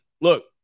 look